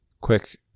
quick